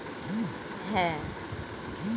piggy bank এক রকমের খেলনা হয়